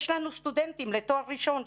יש לנו סטודנטים לתואר ראשון,